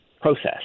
process